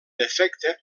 efecte